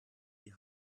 die